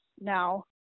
now